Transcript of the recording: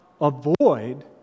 avoid